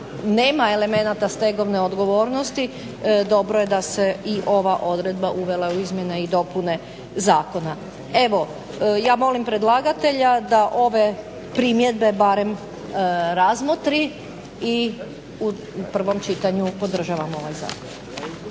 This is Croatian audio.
nema elemenata stegovne odgovornosti, dobro je da se i ova odredba uvela u izmjene i dopune zakona. Evo ja molim predlagatelja da ove primjedbe barem razmotri i u prvom čitanju podržavamo ovaj zakon.